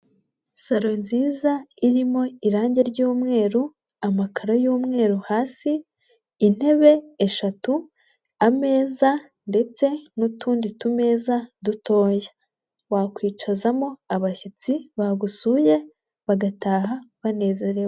Salo nziza irimo irangi ry'umweru, amakararo y'umweru hasi, intebe eshatu, ameza ndetse n'utundi tumeza dutoya, wakwicazamo abashyitsi bagusuye bagataha banezerewe.